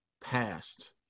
past